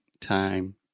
time